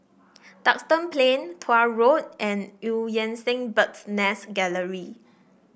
Duxton Plain Tuah Road and Eu Yan Sang Bird's Nest Gallery